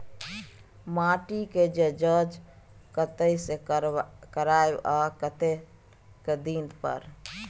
माटी के ज जॉंच कतय से करायब आ कतेक दिन पर?